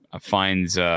finds –